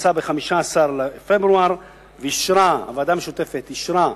התכנסה ב-15 בפברואר ואישרה,